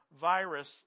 virus